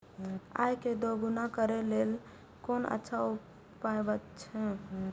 आय के दोगुणा करे के लेल कोन अच्छा उपाय अछि?